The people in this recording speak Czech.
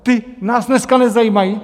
Ti nás dneska nezajímají?